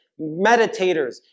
meditators